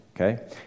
okay